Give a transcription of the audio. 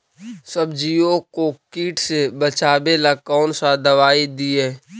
सब्जियों को किट से बचाबेला कौन सा दबाई दीए?